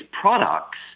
products